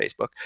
Facebook